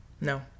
No